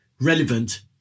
relevant